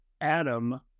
Adam